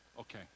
okay